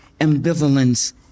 ambivalence